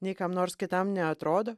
nei kam nors kitam neatrodo